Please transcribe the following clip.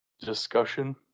discussion